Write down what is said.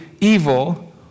evil